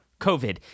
COVID